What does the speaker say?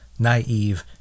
naive